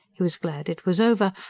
he was glad it was over,